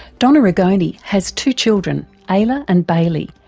donna rigoni has two children, ayla and bailey,